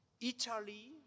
Italy